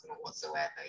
whatsoever